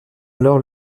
alors